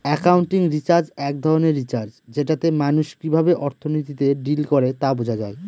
accounting research এক ধরনের research যেটাতে মানুষ কিভাবে অর্থনীতিতে ডিল করে তা বোঝা যায়